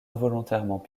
involontairement